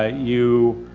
ah you